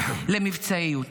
"למבצעיות".